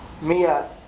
Mia